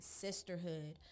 sisterhood